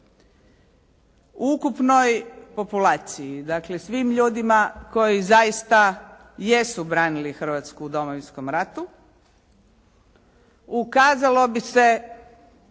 ukupnoj populaciji, dakle svim ljudima koji zaista jesu branili Hrvatsku u Domovinskom ratu, ukazalo bi se